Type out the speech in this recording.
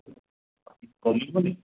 କରି ହେବନି